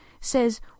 says